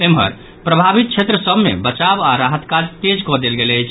एम्हर प्रभावित क्षेत्र सभ मे बचाव आ राहत काज तेज कऽ देल गेल अछि